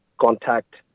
contact